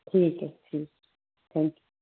ਠੀਕ ਹੈ ਠੀਕ ਹੈ ਥੈਂਕਿ ਊ